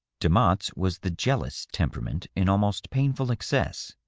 de motte's was the jealous temperament in almost painful excess.